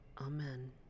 amen